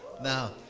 Now